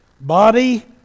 body